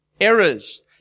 Errors